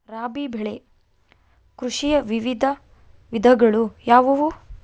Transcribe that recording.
ರಾಬಿ ಬೆಳೆ ಕೃಷಿಯ ವಿವಿಧ ವಿಧಗಳು ಯಾವುವು?